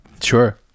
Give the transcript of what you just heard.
Sure